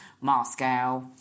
Moscow